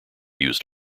used